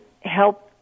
help